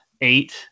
eight